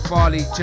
Farley